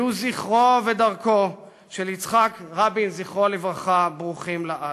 יהיו זכרו ודרכו של יצחק רבין ברוכים לעד.